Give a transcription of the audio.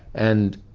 and